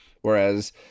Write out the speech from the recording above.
whereas